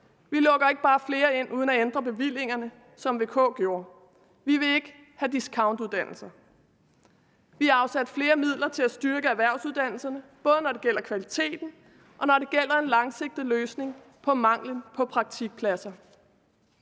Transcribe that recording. Vi lukker ikke bare flere ind uden at ændre bevillingerne, som VK gjorde. Vi vil ikke have discountuddannelser. Vi har afsat flere midler til at styrke erhvervsuddannelserne, både når det gælder kvaliteten, og når det gælder en langsigtet løsning på mangelen på praktikpladser.